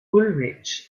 ullrich